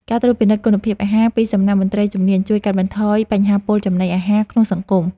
ការត្រួតពិនិត្យគុណភាពអាហារពីសំណាក់មន្ត្រីជំនាញជួយកាត់បន្ថយបញ្ហាពុលចំណីអាហារក្នុងសង្គម។